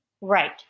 right